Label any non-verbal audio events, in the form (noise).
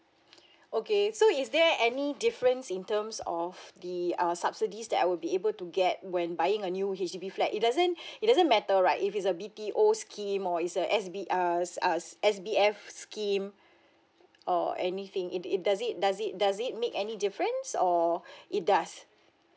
(noise) okay so is there any difference in terms of the err subsidies that I will be able to get when buying a new H_D_B flat it doesn't (breath) it doesn't matter right if it's a B_T_O scheme or it's a S_B err s~ err s~ S_B_F scheme or anything it it does it does it does it make any difference or it does